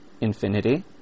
infinity